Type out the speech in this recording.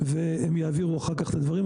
והם יעבירו אחר כך את הדברים.